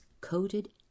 coated